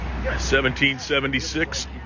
1776